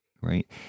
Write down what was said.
Right